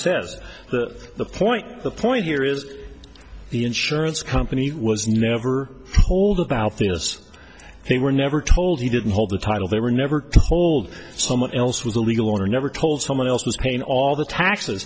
says the point the point here is the insurance company was never told about this they were never told you didn't hold the title they were never told someone else was illegal or never told someone else's pain all the taxes